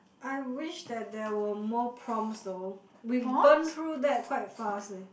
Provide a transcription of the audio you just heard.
I wish that there were more prompts though we burn through that quite fast eh